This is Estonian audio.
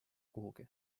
kuhugi